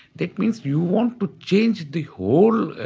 that means you want to change the whole